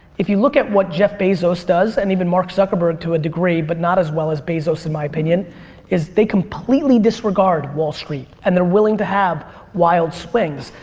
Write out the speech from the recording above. if you look at what jeff bezos does and even mark zuckerberg to a degree but not as well as bezos in my opinion is they completely disregard wall street and they're willing to have wild swings.